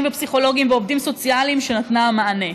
ופסיכולוגים ועובדים סוציאליים שנתנה מענה.